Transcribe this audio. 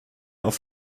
auf